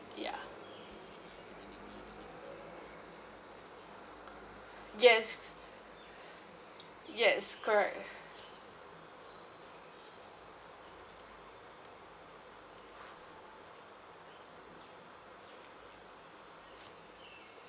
ya yes yes correct